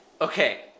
Okay